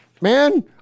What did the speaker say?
man